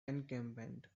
encampment